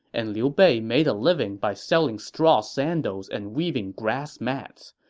and liu bei made a living by selling straw sandals and weaving grass mats.